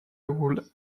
would